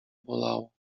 bolało